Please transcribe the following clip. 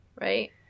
Right